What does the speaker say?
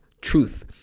truth